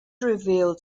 revealed